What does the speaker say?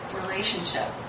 relationship